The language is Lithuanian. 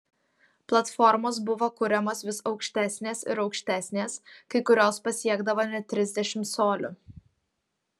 platformos buvo kuriamos vis aukštesnės ir aukštesnės kai kurios pasiekdavo net trisdešimt colių